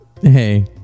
hey